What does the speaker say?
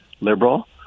liberal